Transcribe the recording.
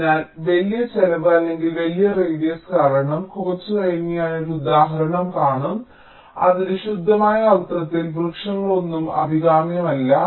അതിനാൽ വലിയ ചെലവ് അല്ലെങ്കിൽ വലിയ റേഡിയസ് കാരണം കുറച്ച് കഴിഞ്ഞ് ഞാൻ ഒരു ഉദാഹരണം കാണും അതിന്റെ ശുദ്ധമായ അർത്ഥത്തിൽ വൃക്ഷങ്ങളൊന്നും അഭികാമ്യമല്ല